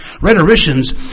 Rhetoricians